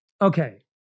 okay